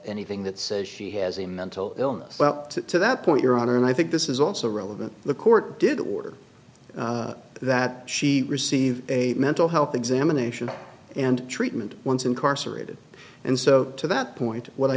anything that says she has a mental illness well to that point your honor and i think this is also relevant the court did order that she received a mental health examination and treatment once incarcerated and so to that point what i